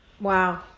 wow